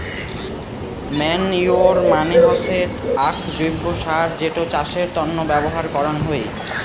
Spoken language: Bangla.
ম্যানইউর মানে হসে আক জৈব্য সার যেটো চাষের তন্ন ব্যবহার করাঙ হই